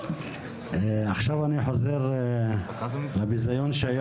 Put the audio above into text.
עכשיו אני חוזר לביזיון.